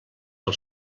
del